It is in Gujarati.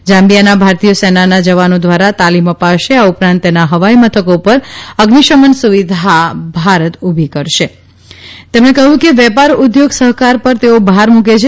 ઝામ્બીયામાં ભારતીય સેનાના જવાનો દ્વારા તાલીમ અપાશે આ ઉપરાંત તેના હવાઇ મથકો પર અેેઝેશમન સુવિધા ભારત ઉભી કરશે તેમણે કહ્યું કે વેપાર ઉદ્યોગ સહકાર પર તેઓ ભાર મૂકે છે